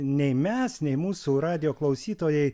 nei mes nei mūsų radijo klausytojai